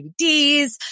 DVDs